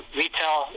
retail